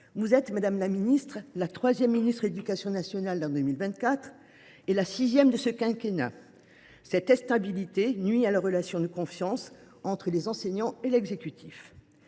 inédite. Madame la ministre, vous êtes la troisième ministre de l’éducation nationale en 2024 et la sixième de ce quinquennat. Une telle instabilité nuit à la relation de confiance entre les enseignants et l’exécutif.